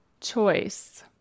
Choice